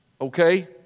okay